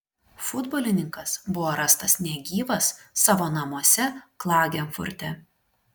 futbolininkas buvo rastas negyvas savo namuose klagenfurte